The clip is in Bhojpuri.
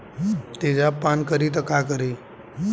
तेजाब पान करी त का करी?